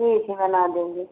ठीक है बना देंगे